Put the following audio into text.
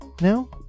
no